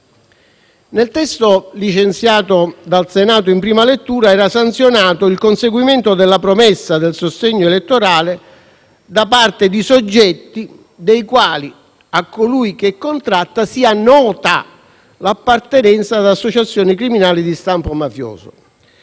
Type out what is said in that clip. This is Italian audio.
Nel testo licenziato dal Senato in prima lettura era sanzionato il conseguimento della promessa del sostegno elettorale da parte di soggetti dei quali, a colui che contratta, sia nota l'appartenenza ad associazioni criminali di stampo mafioso.